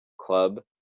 club